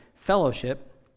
Fellowship